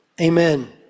Amen